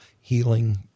healing